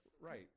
Right